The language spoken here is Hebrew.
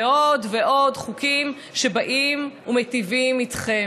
ועוד ועוד חוקים שבאים ומיטיבים איתכם.